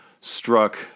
struck